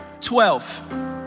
Twelve